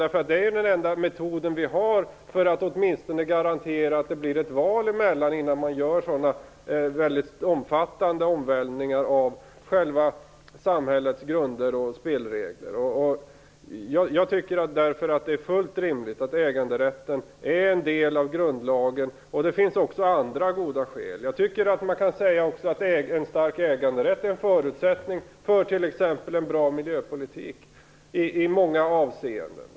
Det är den enda metod som finns för att garantera att det åtminstone hålls ett val emellan omfattande omvälvningar av samhällets grunder och spelregler. Det är därför fullt rimligt att äganderätten omfattas av grundlagen, och det finns också andra goda skäl. En stark äganderätt är en förutsättning för t.ex. en bra miljöpolitik i många avseenden.